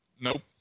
nope